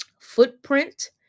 footprint